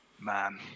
Man